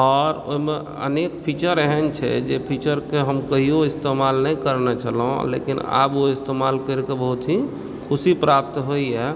आ ओहिमे अनेक फीचर एहन छै जे फीचरकऽ हम कहिओ इस्तेमाल नहि करनय छलहुँ लेकिन आब ओ इस्तेमाल करिके बहुत ही खुशी प्राप्त होयए